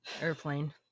Airplane